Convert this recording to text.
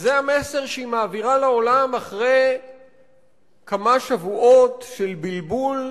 וזה המסר שהיא מעבירה לעולם אחרי כמה שבועות של בלבול,